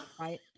Right